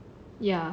ya